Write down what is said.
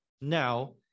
Now